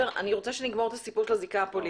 אני רוצה שנגמור את הסיפור של הזיקה הפוליטית.